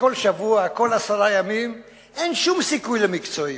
כל שבוע, כל עשרה ימים, אין שום סיכוי למקצועיות.